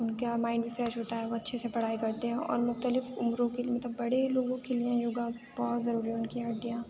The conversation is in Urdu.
ان کا مائنڈ بھی فریش ہوتا ہے وہ اچھے سے پڑھائی کرتے ہیں اور مختلف عمروں کے لیے مطلب بڑے لوگوں کے لیے یوگا بہت ضروری ہے ان کی ہڈیاں